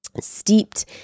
steeped